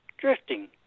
Drifting